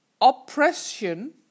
oppression